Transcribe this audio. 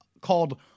called